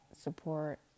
support